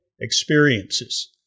experiences